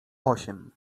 osiem